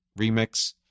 remix